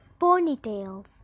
ponytails